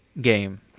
game